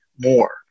more